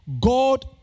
God